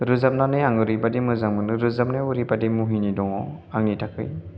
रोजाबनानै आङो ओरैबायदि मोजां मोनो रोजाबनायाव ओरैबादि मुहिनि दङ आंनि थाखाय